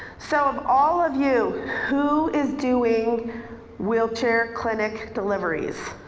so, of all of you, who is doing wheelchair clinic deliveries?